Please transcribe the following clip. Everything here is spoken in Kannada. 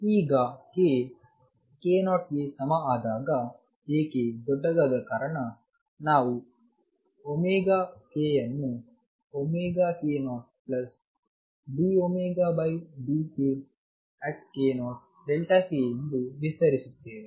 ಈಗ k k0 ಗೆ ಸಮ ಆದಾಗ A ದೊಡ್ಡದಾದ ಕಾರಣ ನಾವು ωಅನ್ನುk0dωdkk0 Δkಎಂದು ವಿಸ್ತರಿಸುತ್ತೇವೆ